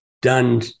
done